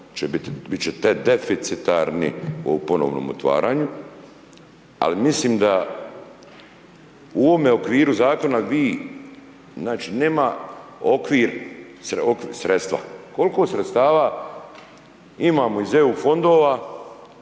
biti ćete deficitarni u ovom ponovnom otvaranju, ali mislim da u ovome okviru zakona, vi, znači nema okvir sredstva. Koliko sredstava imamo iz EU fondova,